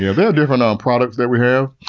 yeah there are different um products that we have.